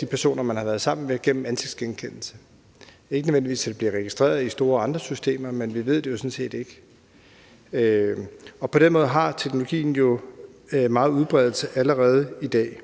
de personer, man har været sammen med, gennem ansigtsgenkendelse. Det bliver ikke nødvendigvis registreret i andre store systemer, men vi ved det jo sådan set ikke. Og på den måde har teknologien jo meget stor udbredelse allerede i dag.